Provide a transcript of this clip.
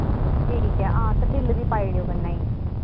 ठीक ऐ ते हां ते बिल बी पाई ओड़ेओ कन्नै